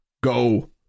Go